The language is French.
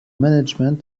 management